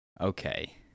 okay